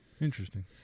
Interesting